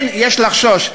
כן, יש לחשוש.